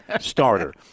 starter